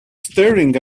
staring